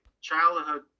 childhood